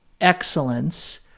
excellence